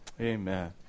Amen